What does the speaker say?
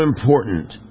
important